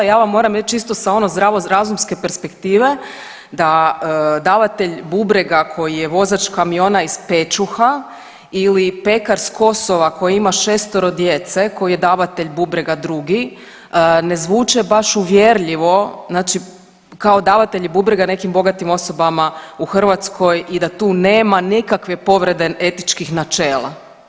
Ja vam moram reći isto sa ono zdravo razumske perspektive da davatelj bubrega koji je vozač kamiona iz Pećuha, ili pekar sa Kosova koji ima šestoro djece koji je davatelj bubrega drugi ne zvuče baš uvjerljivo, znači kao davatelji bubrega nekim bogatim osobama u Hrvatskoj i da tu nema nikakve povrede etičkih načela.